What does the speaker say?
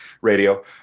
radio